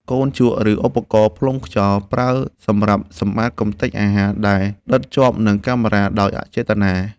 កូនជក់ ឬឧបករណ៍ផ្លុំខ្យល់ ប្រើសម្រាប់សម្អាតកម្ទេចអាហារដែលដិតជាប់នឹងកាមេរ៉ាដោយអចេតនា។